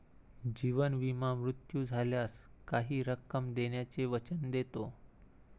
जीवन विमा मृत्यू झाल्यास काही रक्कम देण्याचे वचन देतो